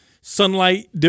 sunlight